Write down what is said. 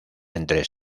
entre